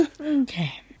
okay